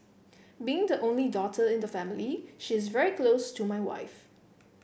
being the only daughter in the family she is very close to my wife